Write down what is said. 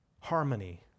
harmony